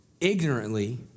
ignorantly